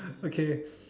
okay